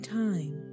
time